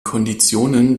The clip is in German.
konditionen